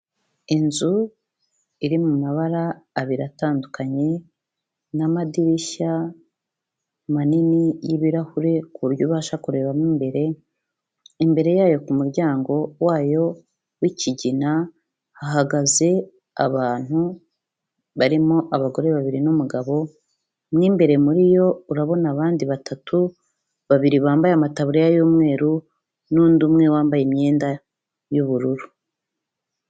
Inzu iri mu mabara abiri atandukanye n'amadirishya manini y'ibirahure ku buryo ubasha kurebamo imbere, imbere yayo ku muryango wayo w'ikigina, hahagaze abantu barimo abagore babiri n'umugabo, mo imbere muri yo urabona abandi batatu babiri bambaye amataburiya y'umweru n'undi umwe wambaye imyenda y'ubururu.